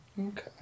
Okay